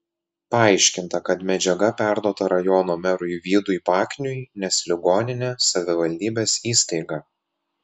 paaiškinta kad medžiaga perduota rajono merui vydui pakniui nes ligoninė savivaldybės įstaiga